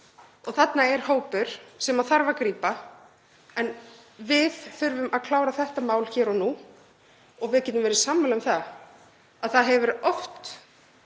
Þarna er hópur sem þarf að grípa en við þurfum að klára þetta mál hér og nú. Við getum verið sammála um það að það hefur oft